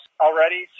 already